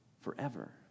forever